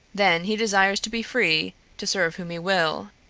then he desires to be free to serve whom he will.